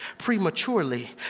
prematurely